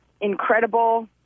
incredible